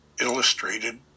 illustrated